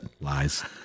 lies